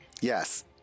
Yes